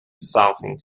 something